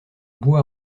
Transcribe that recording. bout